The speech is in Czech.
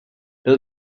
byl